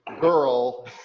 girl